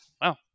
wow